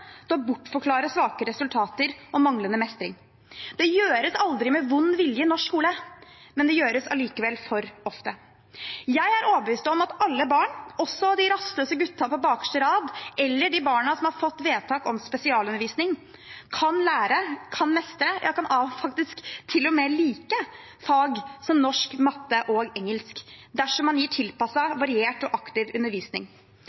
til å bortforklare svake resultater og manglende mestring. Det gjøres aldri med vond vilje i norsk skole, men det gjøres allikevel for ofte. Jeg er overbevist om at alle barn, også de rastløse gutta på bakerste rad eller de barna som har fått vedtak om spesialundervisning, kan lære, kan mestre og til og med kan like fag som norsk, matte og engelsk dersom man gir